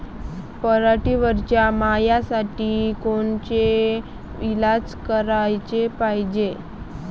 पराटीवरच्या माव्यासाठी कोनचे इलाज कराच पायजे?